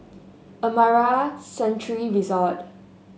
Amara Sanctuary Resort